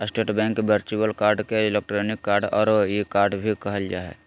state bank virtual card के electronic card औरो e card भी कहल जा हइ